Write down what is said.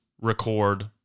record